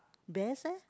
best leh